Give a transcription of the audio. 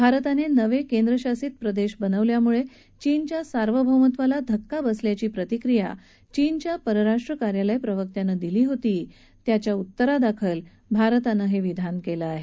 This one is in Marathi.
भारताने नवे केंद्रशासित प्रदेश बनवल्यामुळे चीनच्या सार्वभौमत्वाला धक्का बसल्याची प्रतिक्रिया चीनच्या परराष्ट्र कार्यालय प्रवक्त्यानं दिली होती त्याच्या उत्तरादाखल भारतानं हे विधान केलं आहे